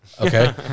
okay